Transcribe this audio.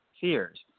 fears